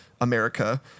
America